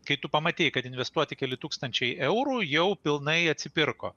kai tu pamatei kad investuoti keli tūkstančiai eurų jau pilnai atsipirko